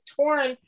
torn